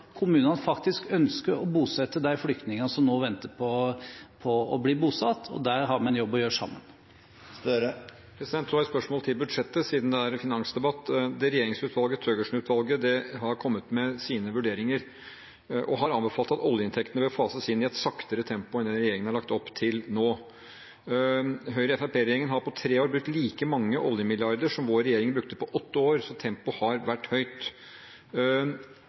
kommunene faktisk ønsker å bosette flyktningene som nå venter på å bli bosatt. Der har vi en jobb å gjøre sammen. Så et spørsmål til budsjettet, siden det er finansdebatt: Det regjeringsoppnevnte Thøgersen-utvalget har kommet med sine vurderinger og har anbefalt at oljeinntektene bør fases inn i et saktere tempo enn regjeringen har lagt opp til nå. Høyre–Fremskrittsparti-regjeringen har på tre år brukt like mange oljemilliarder som vår regjering brukte på åtte år, så tempoet har vært høyt.